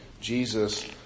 Jesus